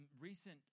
recent